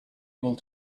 able